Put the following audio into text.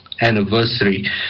anniversary